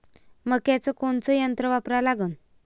मक्याचं कोनचं यंत्र वापरा लागन?